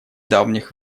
давних